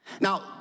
Now